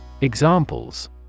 Examples